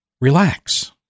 relax